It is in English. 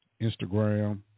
Instagram